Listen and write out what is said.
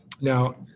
Now